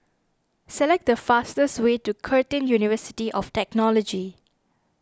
select the fastest way to Curtin University of Technology